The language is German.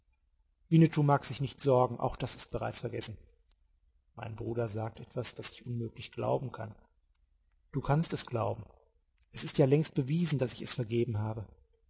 winnetou mag sich nicht sorgen auch das ist bereits vergessen mein bruder sagt etwas was ich unmöglich glauben kann du kannst es glauben es ist ja längst bewiesen daß ich es vergeben habe